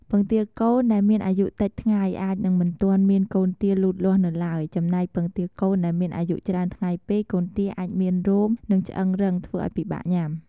ពងទាកូនដែលមានអាយុតិចថ្ងៃ អាចនឹងមិនទាន់មានកូនទាលូតលាស់នៅឡើយ ចំណែកពងទាកូនដែលមានអាយុច្រើនថ្ងៃពេក កូនទាអាចមានរោម និងឆ្អឹងរឹងធ្វើឱ្យពិបាកញ៉ាំ។